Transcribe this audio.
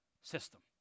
system